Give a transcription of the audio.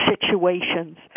situations